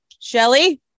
Shelly